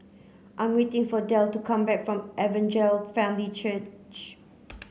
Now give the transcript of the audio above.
I'm waiting for Delle to come back from Evangel Family Church